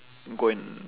go and